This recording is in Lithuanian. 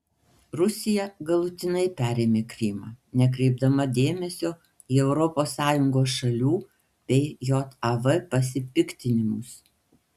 rusija galutinai perėmė krymą nekreipdama dėmesio į europos sąjungos šalių bei jav pasipiktinimus